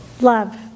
Love